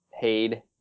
paid